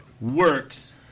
works